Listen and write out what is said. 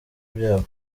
byabo